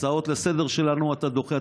הצעות לסדר-היום שלנו אתה דוחה.